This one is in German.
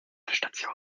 ladestation